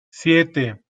siete